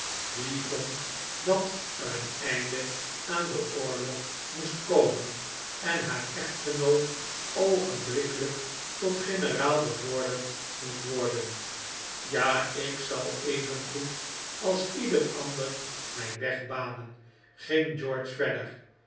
die vond dat er een einde aan den oorlog moest komen en haar echtgenoot oogenblikkelijk tot generaal bevorderd moest worden ja ik zal even goed als ieder ander mijn weg banen ging george verder